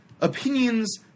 opinions